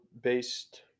based